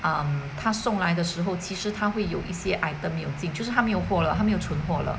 um 他送来的时候其实它会有一些 item 没有进就是他没有货了他没有蠢货了